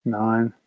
nine